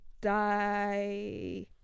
die